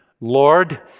Lord